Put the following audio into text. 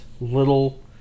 little